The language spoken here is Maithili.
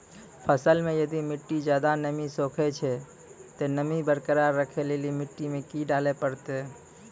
फसल मे यदि मिट्टी ज्यादा नमी सोखे छै ते नमी बरकरार रखे लेली मिट्टी मे की डाले परतै?